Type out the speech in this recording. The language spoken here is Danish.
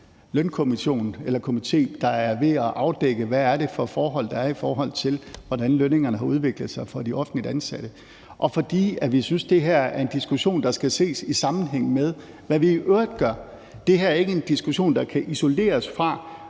øvrigt en lønkomité, der er ved at afdække, hvad det er for nogle forhold, der har været i forbindelse med udviklingen i lønningerne til de offentligt ansatte, og fordi vi synes, at det her er en diskussion, der skal ses i sammenhæng med, hvad vi i øvrigt gør. Det her er ikke en diskussion, der kan isoleres fra